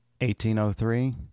1803